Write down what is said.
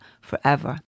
forever